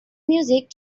music